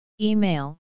Email